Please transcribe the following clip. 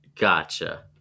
Gotcha